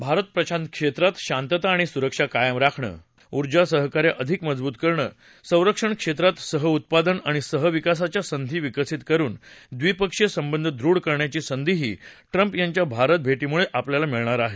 भारत प्रशांत क्षेत्रात शांतता आणि सुरक्षा कायम राखणं ऊर्जा सहकार्य अधिक मजबूत करणं संरक्षण क्षेत्रात सहउत्पादन आणि सहविकासाच्या संधी विकसित करून द्विपक्षीय संबंध दृढ करण्याची संधीही ट्रम्प यांच्या भारत भे मुळे मिळणार आहे